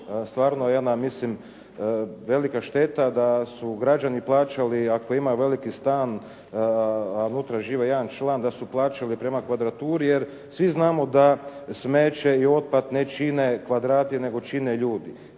stvarno jedna šteta da su građani plaćali. Ako ima veliki stan, a unutra živi jedan član da su plaćali prema kvadraturi, jer svi znamo da smeće i otpad ne čine kvadrati nego čine ljudi.